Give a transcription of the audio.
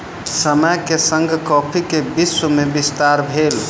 समय के संग कॉफ़ी के विश्व में विस्तार भेल